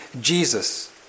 Jesus